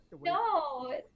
no